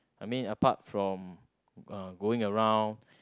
I mean apart from uh going around